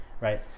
Right